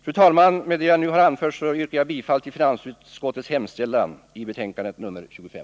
Fru talman! Med det jag nu har anfört yrkar jag bifall till finansutskottets hemställan i betänkande 25.